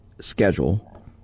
schedule